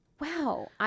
wow